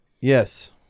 yes